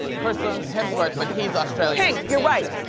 ah chris ah hemsworth, but he's australian. pink, you're right.